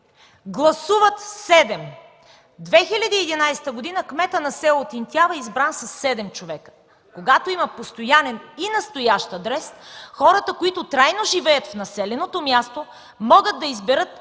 Гласуват седем. В 2011 г. кметът на село Тинтява е избран със седем човека. Когато има постоянен и настоящ адрес, хората, които трайно живеят в населеното място могат да изберат